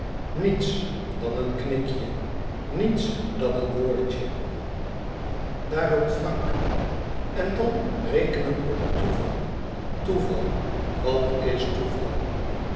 niets dan een knikje niets dan een woordje daar loopt frank en dan rekenen op het toeval toeval wàt is toeval